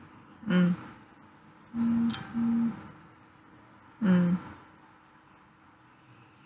mm mm